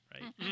right